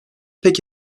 pek